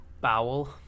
Bowel